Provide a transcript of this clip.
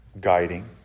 guiding